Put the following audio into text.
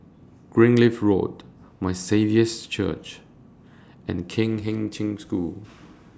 Greenleaf Road My Saviour's Church and Kheng Cheng School